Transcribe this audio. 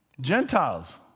Gentiles